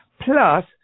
Plus